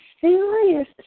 serious